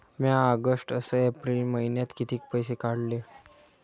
म्या ऑगस्ट अस एप्रिल मइन्यात कितीक पैसे काढले?